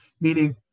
meaning